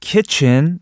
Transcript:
Kitchen